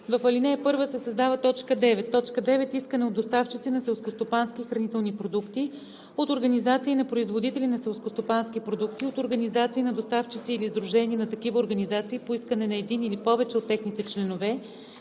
В ал. 1 се създава т. 9: „9. искане от доставчици на селскостопански и хранителни продукти, от организации на производители на селскостопански продукти, от организации на доставчици или сдружения на такива организации по искане на един или повече от техните членове